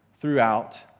throughout